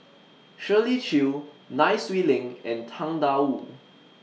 Shirley Chew Nai Swee Leng and Tang DA Wu